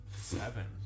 Seven